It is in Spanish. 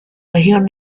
región